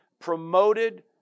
promoted